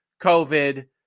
COVID